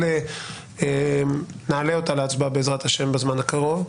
אבל נעלה את ההחלטה להצבעה בעזרת השם בזמן הקרוב,